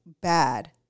bad